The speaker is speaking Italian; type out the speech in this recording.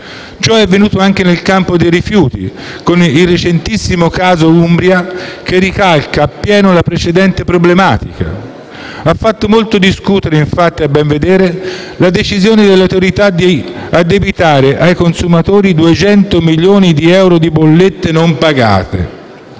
Ciò è avvenuto anche nel campo dei rifiuti, con il recentissimo caso Umbria, che ricalca a pieno la precedente problematica. Ha fatto molto discutere, infatti, a ben vedere, la decisione dell'Autorità di addebitare ai consumatori 200 milioni di euro di bollette non pagate,